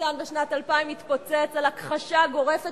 המשא-ומתן בשנת 2000 התפוצץ על הכחשה גורפת